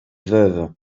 veuves